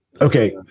Okay